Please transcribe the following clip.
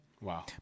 Wow